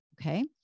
Okay